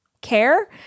care